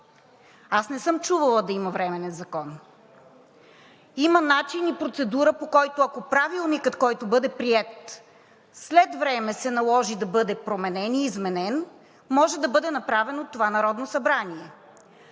аз не съм чувала да има временен закон. Има начин и процедура, по който, ако правилникът, който бъде приет след време, се наложи да бъде променен и изменен, може да бъде направено от това Народно събрание.